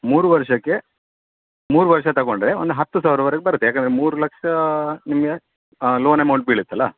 ಮೂರು ವರ್ಷಕ್ಕೆ ಮೂರು ವರ್ಷ ತಗೊಂಡರೆ ಒಂದು ಹತ್ತು ಸಾವ್ರವರೆಗೆ ಬರುತ್ತೆ ಯಾಕಂದರೆ ಮೂರು ಲಕ್ಷ ನಿಮಗೆ ಲೋನ್ ಅಮೌಂಟ್ ಬೀಳತ್ತೆ ಅಲ್ಲಾ